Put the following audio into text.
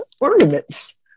ornaments